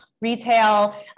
retail